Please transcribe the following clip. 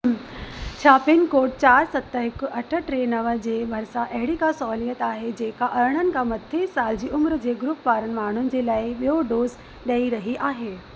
छा पिनकोड चार सत हिकु अठ टे नव जे भरिसां अहिड़ी का सहुलियत आहे जेका अरिड़हनि खां मथे साल जी उमिरि जे ग्रुप वारनि माण्हुनि जे लाइ बि॒यो डोज ॾेई रही आहे